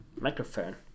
Microphone